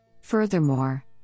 Furthermore